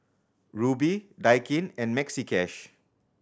Rubi Daikin and Maxi Cash